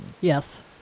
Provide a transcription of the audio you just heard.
Yes